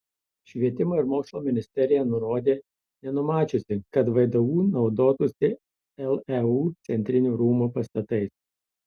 švietimo ir mokslo ministerija nurodė nenumačiusi kad vdu naudotųsi leu centrinių rūmų pastatais